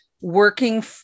working